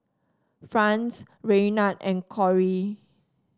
Franz Raynard and Corry